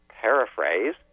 paraphrase